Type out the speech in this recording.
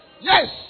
Yes